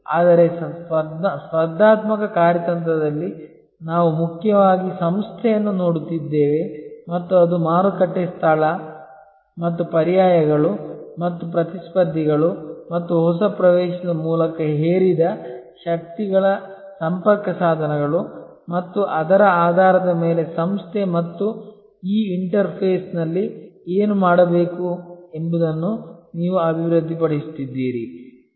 ಆದರೆ ಸ್ಪರ್ಧಾತ್ಮಕ ಕಾರ್ಯತಂತ್ರದಲ್ಲಿ ನಾವು ಮುಖ್ಯವಾಗಿ ಸಂಸ್ಥೆಯನ್ನು ನೋಡುತ್ತಿದ್ದೇವೆ ಮತ್ತು ಅದು ಮಾರುಕಟ್ಟೆ ಸ್ಥಳ ಮತ್ತು ಪರ್ಯಾಯಗಳು ಮತ್ತು ಪ್ರತಿಸ್ಪರ್ಧಿಗಳು ಮತ್ತು ಹೊಸ ಪ್ರವೇಶದ ಮೂಲಕ ಹೇರಿದ ಶಕ್ತಿಗಳ ಸಂಪರ್ಕಸಾಧನಗಳು ಮತ್ತು ಅದರ ಆಧಾರದ ಮೇಲೆ ಸಂಸ್ಥೆ ಮತ್ತು ಈ ಇಂಟರ್ಫೇಸ್ನಲ್ಲಿ ಏನು ಮಾಡಬೇಕೆಂದು ನೀವು ಅಭಿವೃದ್ಧಿಪಡಿಸುತ್ತಿದ್ದೀರಿ